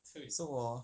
so hor